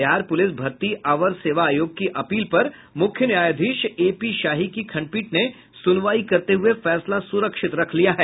Bihar police भर्ती अवर सेवा आयोग की अपील पर मुख्य न्यायाधीश ए पी शाही की खंडपीठ ने सुनवाई करते हुये फैसला सुरक्षित रख लिया है